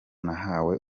nahawe